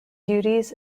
duties